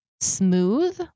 smooth